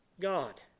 god